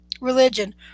Religion